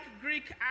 Greek